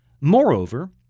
Moreover